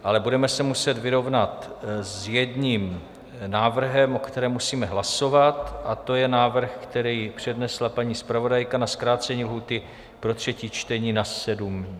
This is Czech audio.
Ale budeme se muset vyrovnat s jedním návrhem, o kterém musíme hlasovat, a to je návrh, který přednesla paní zpravodajka na zkrácení lhůty pro třetí čtení na sedm dnů.